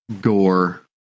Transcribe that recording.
gore